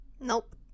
Nope